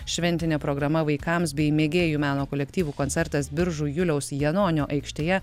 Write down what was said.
šventinė programa vaikams bei mėgėjų meno kolektyvų koncertas biržų juliaus janonio aikštėje